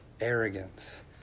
arrogance